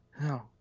No